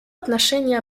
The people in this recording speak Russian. отношении